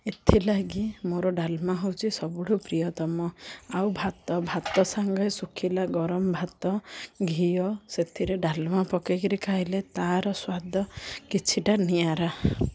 ଏଥିଲାଗି ମୋର ଡାଲମା ହେଉଛି ସବୁଠୁ ପ୍ରିୟତମ ଆଉ ଭାତ ଭାତ ସାଙ୍ଗେ ଶୁଖିଲା ଗରମ ଭାତ ଘିଅ ସେଥିରେ ଡାଲମା ପକେଇକରି ଖାଇଲେ ତାର ସ୍ୱାଦ କିଛିଟା ନିଆରା